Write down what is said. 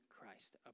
Christ